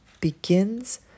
begins